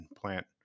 plant